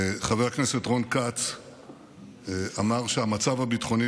חבר הכנסת רון כץ אמר שהמצב הביטחוני